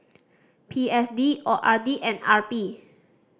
P S D O R D and R P